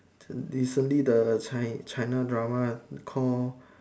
recently the Chi~ China drama call